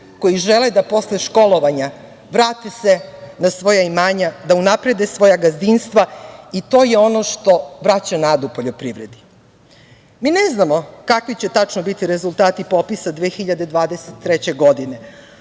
koji žele da posle školovanja se vrate na svoja imanja, da unaprede svoja gazdinstva i to je ono što vraća nadu poljoprivredi. Mi ne znamo kakvi će tačno biti rezultati popisa 2023. godine,